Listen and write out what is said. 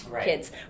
kids